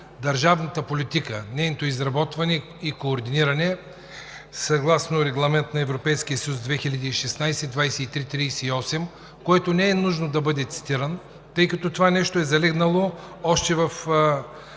държавната политика, нейното изработване и координиране съгласно Регламент на Европейския парламент 2016/2338, който не е нужно да бъде цитиран, тъй като това нещо е залегнало още в